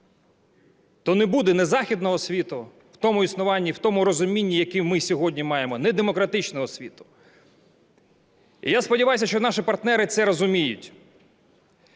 то не буде ні Західного світу в тому існуванні, в тому розумінні, які ми сьогодні маємо, ні демократичного світу. Я сподіваюся, що наші партнери це розуміють,